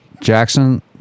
Jackson